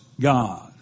God